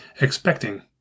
expecting